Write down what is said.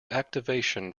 activation